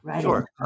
Sure